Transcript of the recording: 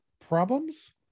problems